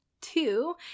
Two